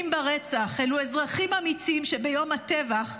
ברצח: אלה אזרחים אמיצים שביום הטבח,